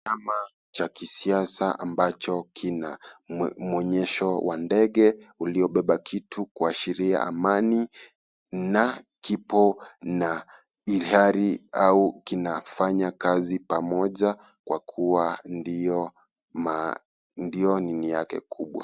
Chama cha kisiasa ambachio kina mwonyesho wa ndege, uliobeba kitu kuashiria amani, na kipo na ilihali kinafanya kazi pamoja kwa kuwa ndio nini yake kubwa.